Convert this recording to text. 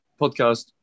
podcast